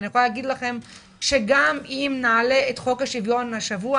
אני יכולה להגיד לכם שגם אם נעלה את חוק השוויון השבוע,